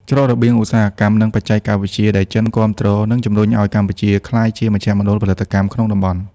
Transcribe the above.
ច្រករបៀងឧស្សាហកម្ម និងបច្ចេកវិទ្យាដែលចិនគាំទ្រ នឹងជំរុញឱ្យកម្ពុជាក្លាយជាមជ្ឈមណ្ឌលផលិតកម្មក្នុងតំបន់។